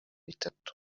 bitatu